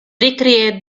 recreate